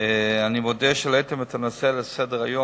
אני מודה על שהעליתם את הנושא לסדר-היום,